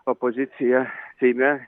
opozicija seime